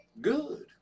good